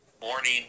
Morning